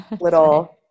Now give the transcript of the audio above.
Little